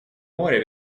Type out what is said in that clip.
моря